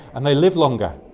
and they live longer.